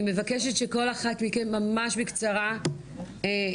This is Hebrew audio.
אני מבקשת שכל אחת מכן ממש בקצרה תביא